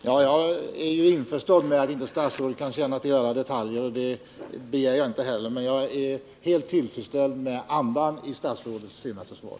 Herr talman! Jag är införstådd med att statsrådet inte kan känna till alla detaljer och begär det inte heller. Jag är emellertid helt tillfredsställd med andan i statsrådets senaste svar.